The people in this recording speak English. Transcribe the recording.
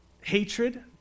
hatred